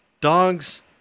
Dogs